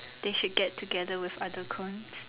they should get together with other cones